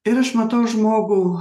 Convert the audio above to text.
ir aš matau žmogų